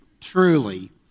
Truly